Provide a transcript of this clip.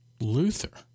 Luther